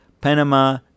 Panama